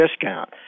discount